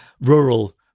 rural